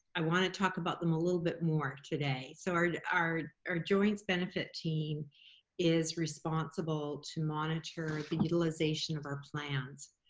i wanna talk about them a little bit more today. so our our joint benefit team is responsible to monitor the utilization of our plans,